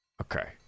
Okay